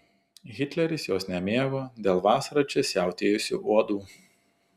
hitleris jos nemėgo dėl vasarą čia siautėjusių uodų